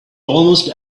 almost